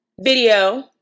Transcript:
video